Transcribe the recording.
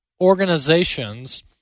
organizations